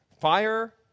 fire